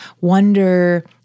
wonder